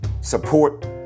support